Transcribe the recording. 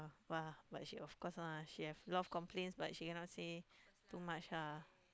!wah! but she of course lah she have a lot of complaint but she cannot say too much lah